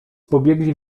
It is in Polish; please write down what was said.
pobiegli